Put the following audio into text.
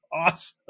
awesome